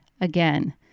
Again